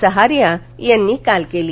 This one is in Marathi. सहारिया यांनी काल केली